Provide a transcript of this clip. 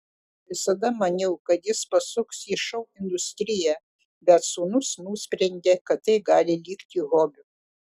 visada maniau kad jis pasuks į šou industriją bet sūnus nusprendė kad tai gali likti hobiu